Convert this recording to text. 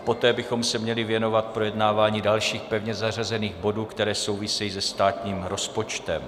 Poté bychom se měli věnovat projednáváním dalších pevně zařazených bodů, které souvisejí se státním rozpočtem.